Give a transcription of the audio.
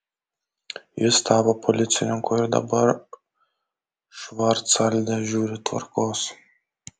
jis tapo policininku ir dabar švarcvalde žiūri tvarkos